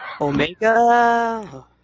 Omega